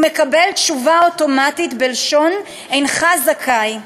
הוא מקבל תשובה אוטומטית: אינך זכאי.